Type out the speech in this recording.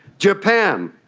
japan,